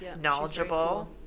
knowledgeable